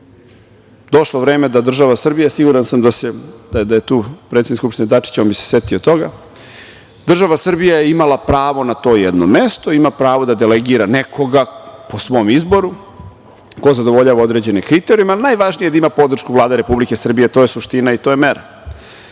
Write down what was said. vreme da država Srbija, siguran sam da je tu predsednik Skupštine Dačić bi se setio toga. Država Srbija je imala pravo na to jedno mesto i ima pravo da delegira nekoga po svom izboru, ko zadovoljava određene kriterijume, ali najvažnije da ima podršku Vlade Republike Srbije, to je suština i to je mera. Odmah